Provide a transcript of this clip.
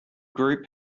group